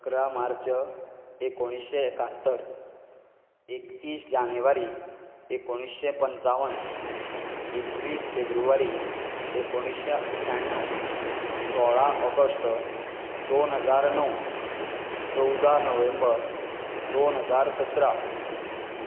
अकरा मार्च एकोणीशे एक्यात्तर एकतीस जानेवारी एकोणीशे पंचावन्न एकवीस फेब्रुवारी एकोणीशे अठ्ठ्याणव सोळा ऑगस्ट दोन हजार णव चवदा नोव्हेंबर दोन हजार सतरा